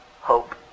hope